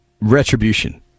retribution